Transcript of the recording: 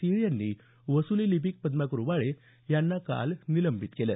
सिंह यांनी वसुली लिपीक पद्माकर उबाळे यांना काल निलंबित केलं